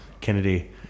Kennedy